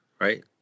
Right